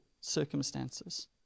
circumstances